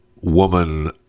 woman